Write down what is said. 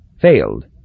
Failed